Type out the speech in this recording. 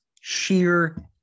sheer